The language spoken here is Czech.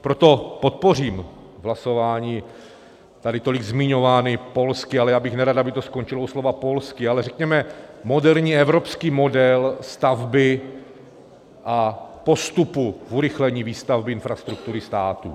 Proto podpořím hlasováním tady tolik zmiňovaný polský, ale já bych nerad, aby to skončilo u slova polský, ale řekněme moderní evropský model stavby a postupu k urychlení výstavby infrastruktury států.